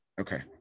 Okay